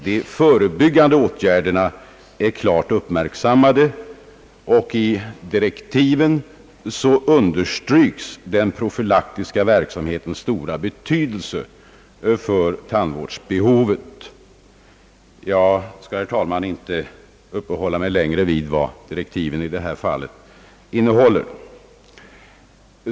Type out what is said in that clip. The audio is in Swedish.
De förebyggande åtgärderna är klart uppmärksammade, och i direktiven understryks den profylaktiska verksamhetens stora betydelse för tandvårdsbehovet. Jag skall, herr talman, inte uppehålla mig längre vid vad direktiven i detta avseende innehåller.